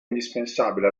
indispensabile